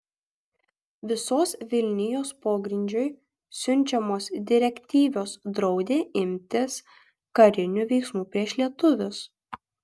visos vilnijos pogrindžiui siunčiamos direktyvos draudė imtis karinių veiksmų prieš lietuvius